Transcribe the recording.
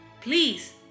please